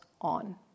on